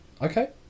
Okay